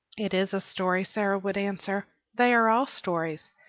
it is a story, sara would answer. they are all stories.